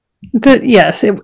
Yes